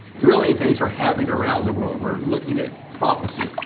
thrilling things are happening around the world. we're looking at prophecy,